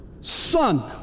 Son